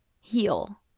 heal